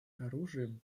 оружием